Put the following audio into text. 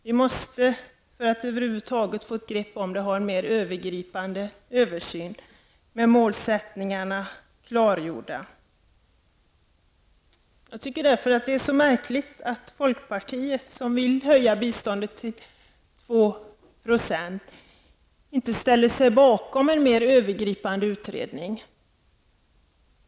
Vi måste, för att över huvud taget få ett grepp om det, ha en mer övergripande översyn med målsättningarna klargjorda. Jag tycker därför att det är så märkligt att folkpartiet, som vill höja biståndet till 2 %, inte ställer sig bakom en mer övergripande utredning.